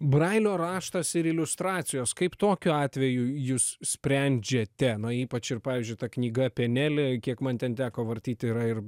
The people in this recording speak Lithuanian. brailio raštas ir iliustracijos kaip tokiu atveju jūs sprendžiate na ypač ir pavyzdžiui ta knyga apie nelė kiek man ten teko vartyti yra ir